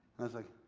i was like,